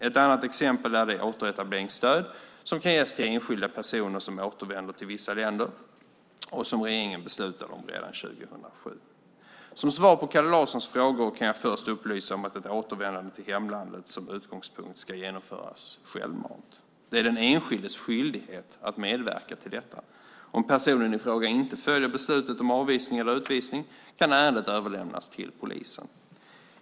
Ett annat exempel är det återetableringsstöd som kan ges till enskilda personer som återvänder till vissa länder och som regeringen beslutade om redan 2007. Som svar på Kalle Larssons frågor kan jag först upplysa om att ett återvändande till hemlandet som utgångspunkt ska genomföras självmant. Det är den enskildes skyldighet att medverka till detta. Om personen i fråga inte följer beslutet om avvisning eller utvisning kan ärendet överlämnas till polisen.